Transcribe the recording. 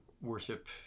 worship